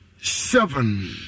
seven